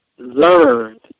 learned